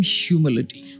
humility